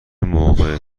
موقع